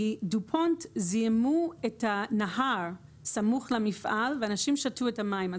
דופונט זיהמו את הנהר סמוך למפעל ואנשים שתו את המים.